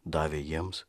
davė jiems